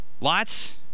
lots